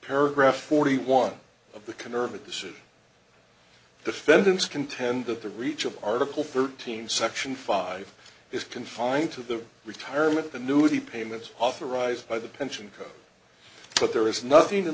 paragraph forty one of the conservative suit defendants contend that the reach of article thirteen section five is confined to the retirement the new the payments authorised by the pension but there is nothing in